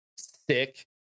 thick